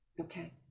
Okay